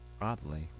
Oddly